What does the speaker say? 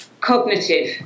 cognitive